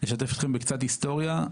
אשתף אתכם בקצת היסטוריה.